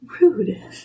rude